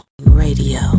radio